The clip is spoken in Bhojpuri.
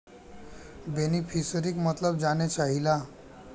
बेनिफिसरीक मतलब जाने चाहीला?